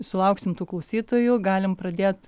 sulauksim tų klausytojų galim pradėt